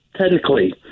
technically